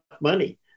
money